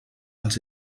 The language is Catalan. als